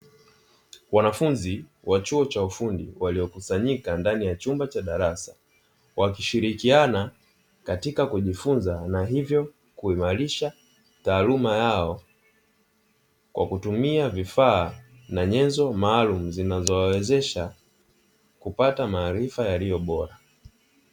Wanafunzi wa chuo cha ufundi waliokusanyika ndani ya chumba cha darasa wakishirikiana katika kujifunza na hivyo kuimarisha taaluma yao, kwa kutumia vifaa na nyenzo maalum zinazowawezesha kupata maarifa yaliyo bora.